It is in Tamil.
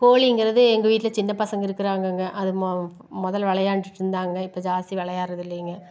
கோலிங்கிறது எங்கள் வீட்டில் சின்ன பசங்கள் இருக்கிறாங்கங்க அது மொ முதல்ல விளையாண்டுட்டு இருந்தாங்க இப்போ ஜாஸ்தி விளையாடுகிறது இல்லைங்க